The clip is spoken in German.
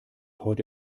heute